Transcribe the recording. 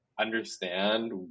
understand